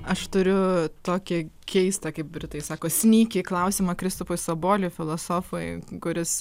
aš turiu tokį keistą kaip britai sako snyky klausimą kristupui saboliui filosofui kuris